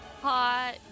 hot